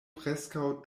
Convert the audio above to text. preskaŭ